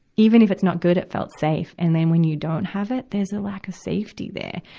even if it's not good, it felt safe. and then when you don't have it, there's a lack of safety there.